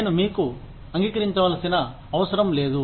నేను మీకు అంగీకరించాల్సిన అవసరం లేదు